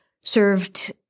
served